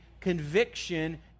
conviction